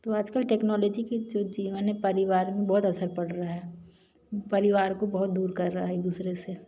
तो आज कल टेक्नोलेजी का जो जीवन है परिवार में बहुत असर पड़ रहा है परिवार को बहुत दूर कर रहा है एक दूसरे से